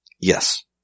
Yes